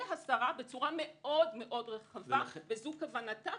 השרה בצורה מאוד-מאוד רחבה וזו כוונתה,